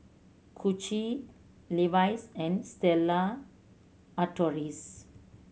Gucci Levi's and Stella Artois